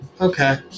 Okay